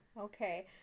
Okay